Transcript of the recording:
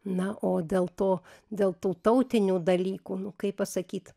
na o dėl to dėl tų tautinių dalykų nu kaip pasakyt